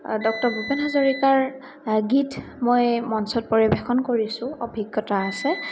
doctor Bhupen হাজৰিকাৰ গীত মই মঞ্চত পৰিৱেশন কৰিছোঁ অভিজ্ঞতা আছে